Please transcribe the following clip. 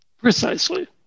Precisely